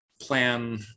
plan